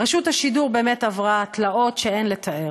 רשות השידור באמת עברה תלאות שאין לתאר.